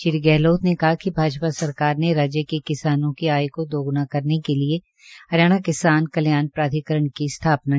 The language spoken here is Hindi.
श्री गहलोत ने कहा कि भाजपा सरकार ने राज्य के किसानों की आय को दो गुणा करने के लिए हरियाणा किसान कल्याण प्राधिकरण की स्थापना की है